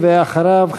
ואחריו,